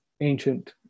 ancient